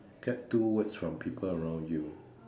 get two words from people around you